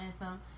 anthem